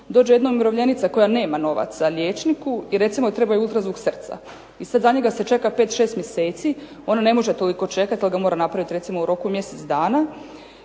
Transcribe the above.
dođe jedna umirovljenica koja nema novaca liječniku i recimo treba joj ultrazvuk srca. I sad na njega se čeka 5, 6 mjeseci, ona ne može toliko čekati jer ga mora napraviti recimo u roku mjesec dana